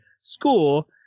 school